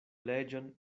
leĝon